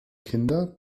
kinder